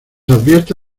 advierte